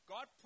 God